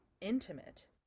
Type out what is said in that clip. intimate